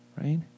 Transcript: right